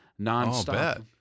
nonstop